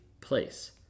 place